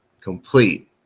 complete